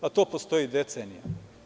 Pa to postoji decenijama.